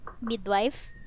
midwife